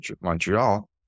Montreal